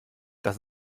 das